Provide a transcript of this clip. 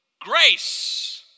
Grace